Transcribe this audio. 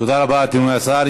תודה רבה, אדוני השר.